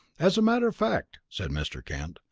as a matter of fact, said mr. kent,